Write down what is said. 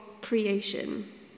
creation